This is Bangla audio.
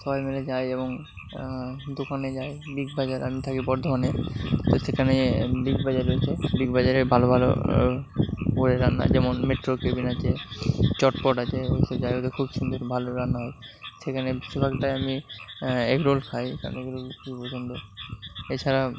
সবাই মিলে যাই এবং দোকানে যায় বিগ বাজার আমি থাকি বর্ধমানে তো সেখানে বিগ বাজার রয়েছে বিগ বাজারে ভালো ভালো করে রান্না যেমন মেট্রো কেবিন আছে চটপট আছে ওই সব জায়গাগুলোই খুব সুন্দর ভালো রান্না হয় সেখানে বেশিরভাগ টাইমই এগ রোল খাই আমার এগ রোল খুবই পছন্দ এছাড়া